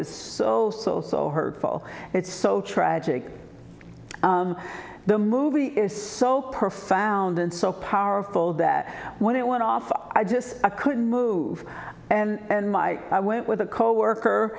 is so so so hurtful it's so tragic the movie is so profound and so powerful that when it went off i just couldn't move and my i went with a coworker